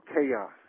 chaos